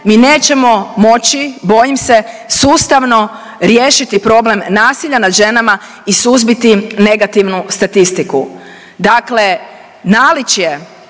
mi nećemo moći, bojim se, sustavno riješiti problem nasilja nad ženama i suzbiti negativnu statistiku. Dakle, naličje